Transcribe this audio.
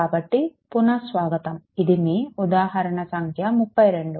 కాబట్టి పునః స్వాగతం ఇది మీ ఉదాహరణ సంఖ్య 32